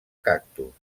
cactus